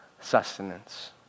sustenance